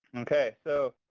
okay. so,